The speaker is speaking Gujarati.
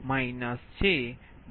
u છે